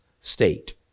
state